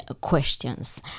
questions